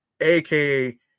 aka